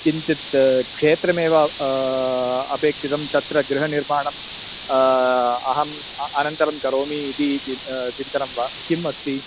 किञ्चित् क्षेत्रमेव अपेक्षितं तत्र गृहनिर्माणम् अहम् अनन्तरं करोमि इति चि चिन्तनं वा किम् अस्ति